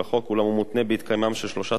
אולם הוא מותנה בהתקיימם של שלושה תנאים,